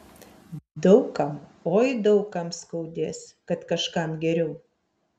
daug kam oi daug kam skaudės kad kažkam geriau